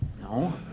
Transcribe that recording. No